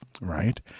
right